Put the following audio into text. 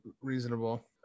reasonable